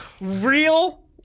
Real